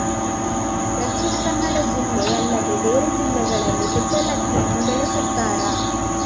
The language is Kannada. ದಕ್ಷಿಣ ಕನ್ನಡ ಜಿಲ್ಲೆ ಅಲ್ಲದೆ ಬೇರೆ ಜಿಲ್ಲೆಗಳಲ್ಲಿ ಕುಚ್ಚಲಕ್ಕಿಯನ್ನು ಬೆಳೆಸುತ್ತಾರಾ?